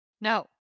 No